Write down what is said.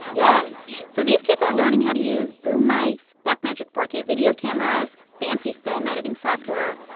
yeah yeah so these kids are learning how to use boom mics, blackmagic four k video cameras, fancy film-editing software.